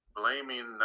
blaming